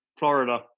Florida